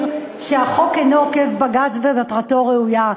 שהחוק אינו עוקף-בג"ץ ומטרתו ראויה.